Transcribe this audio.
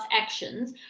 actions